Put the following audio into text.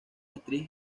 actriz